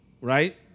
right